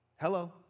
Hello